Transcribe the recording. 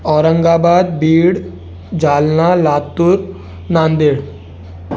Aurangabad Beed Jalna Latur Nanded